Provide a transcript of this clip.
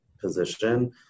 position